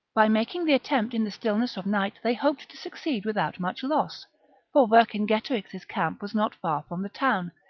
by making the attempt in the stillness of night they hoped to succeed without much loss for vercingetorix's camp was not far from the town,